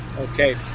Okay